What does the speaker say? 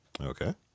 Okay